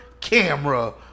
camera